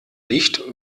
licht